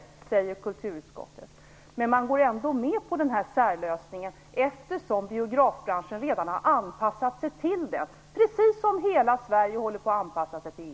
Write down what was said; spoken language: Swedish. Det säger kulturutskottet, men man går ändå med på den här särlösningen, eftersom biografbranschen redan har anpassat sig till den - precis som hela Sverige håller på att anpassa sig till EU.